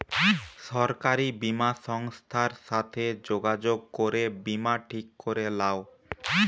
সরকারি বীমা সংস্থার সাথে যোগাযোগ করে বীমা ঠিক করে লাও